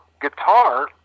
guitar